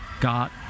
Got